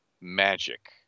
magic